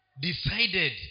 decided